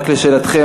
רק לשאלתכם,